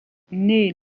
naît